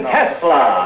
Tesla